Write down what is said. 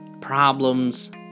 problems